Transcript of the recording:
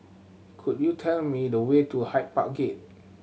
could you tell me the way to Hyde Park Gate